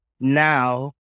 now